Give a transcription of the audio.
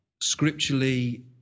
scripturally